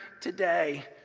today